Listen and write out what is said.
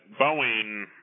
Boeing